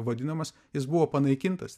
vadinamas jis buvo panaikintas